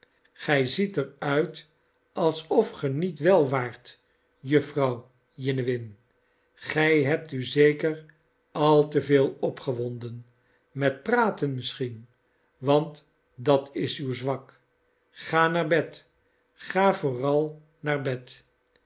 gij ziet er uit alsof ge niet wel waart jufvrouw jiniwin gij hebt u zeker al te veel opgewonden met praten misschien want dat is uw zwak ga naar bed ga vooral naar bed